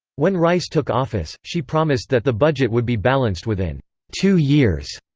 when rice took office, she promised that the budget would be balanced within two years.